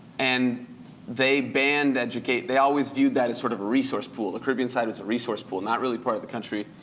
and they banned educate they always viewed that sort of a resource pool, the caribbean side as a resource pool, not really part of the country.